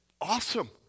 awesome